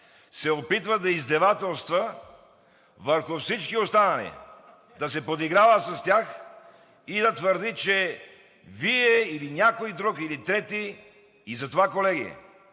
се опитва да издевателства върху всички останали, да се подиграва с тях и да твърди, че Вие или някой друг, или трети… И затова, колеги,